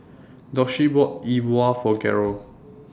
Doshie bought E Bua For Garold